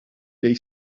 dei